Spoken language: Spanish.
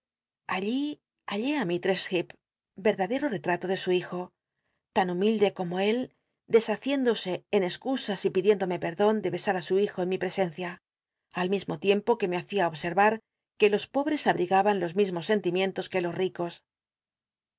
lí hallé á mislrcss hccp rcnladero retrato de su hijo tan ljumildc como él deshaciéndose en excusas y pidiéndome perdon de besar tí su hijo en mi presencia al mismo tiempo que me hacia observar que los pobres abrigaban los mismos sentimientos que los ricos